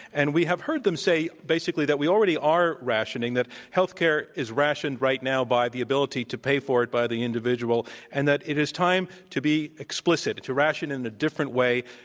and we have heard them say basically that we already are rationing, that healthcare is rationed right now by the ability to pay for it by the individual and that it is time to be explicit, to ration in a different way,